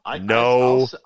No